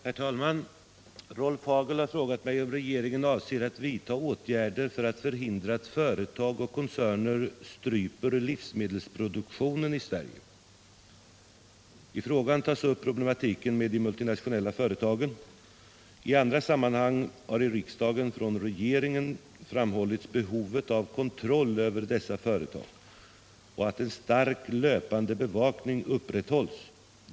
Herr talman! Rolf Hagel har frågat mig om regeringen avser att vidta åtgärder för att förhindra att företag och koncerner stryper livsmedelsproduktionen i Sverige. I frågan tas upp problematiken med de multinationella företagen. I andra sammanhang har i riksdagen från regeringen framhållits behovet av kontroll över dessa företag och att en stark, löpande bevakning upprätthålls.